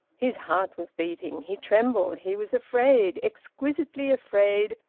his heart was beating. he trembled, he was afraid, exquisitely afraid,